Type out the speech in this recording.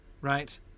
right